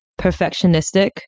perfectionistic